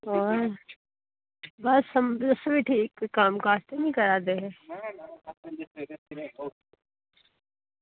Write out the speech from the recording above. होर अस बी ठीक कम्म काज़ केह् करा दे